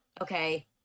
okay